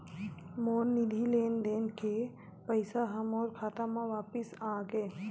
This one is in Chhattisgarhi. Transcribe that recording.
मोर निधि लेन देन के पैसा हा मोर खाता मा वापिस आ गे